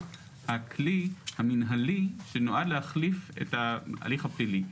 הכלי המנהלי שנועד להחליף את ההליך הפלילי.